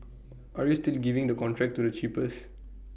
are you still giving the contract to the cheapest